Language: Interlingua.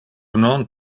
non